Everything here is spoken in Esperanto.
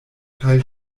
kaj